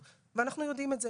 ואנחנו יודעים את זה,